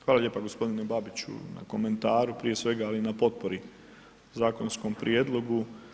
Hvala lijepa gospodine Babiću na komentaru prije svega, ali i na potpori zakonskom prijedlogu.